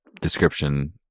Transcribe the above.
description